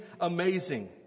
amazing